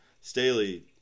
Staley